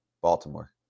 Baltimore